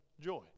joy